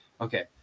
okay